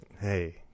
Hey